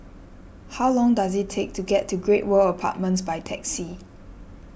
how long does it take to get to Great World Apartments by taxi